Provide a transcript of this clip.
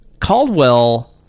Caldwell